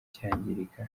cyangirika